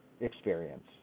experience